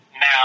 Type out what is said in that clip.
Now